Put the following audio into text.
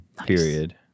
period